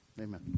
Amen